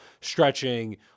stretching